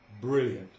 Brilliant